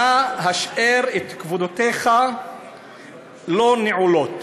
נא השאר את כבודותיך לא נעולות.